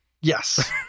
Yes